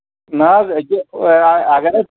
نہ حظ ییٚتہِ اَگر حظ